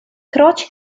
croci